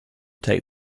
take